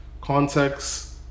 context